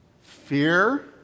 Fear